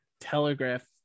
telegraph